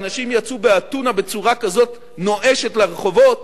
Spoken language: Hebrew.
האנשים יצאו באתונה בצורה כזאת נואשת לרחובות